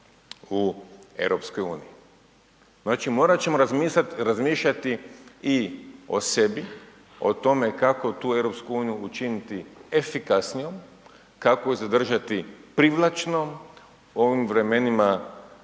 s nama u EU. Znači morat ćemo razmišljati i o sebi, o tome kako tu EU učiniti efikasnijom, kako je zadržati privlačnom u ovim vremenima